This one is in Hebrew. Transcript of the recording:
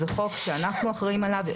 חוק שאנחנו אחראים עליו.